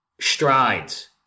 strides